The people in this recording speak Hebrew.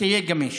תהיה גמיש,